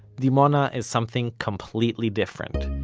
dimona is something completely different.